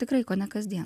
tikrai kone kasdien